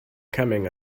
coming